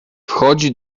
wchodzi